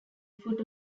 foot